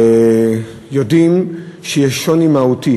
יודעים שיש שוני מהותי